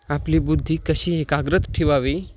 आपली बुद्धी कशी एकाग्र ठेवावी